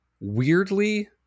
weirdly